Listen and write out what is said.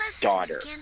daughter